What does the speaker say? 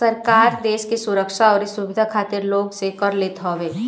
सरकार देस के सुरक्षा अउरी सुविधा खातिर लोग से कर लेत हवे